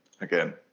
again